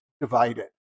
divided